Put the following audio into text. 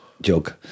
jug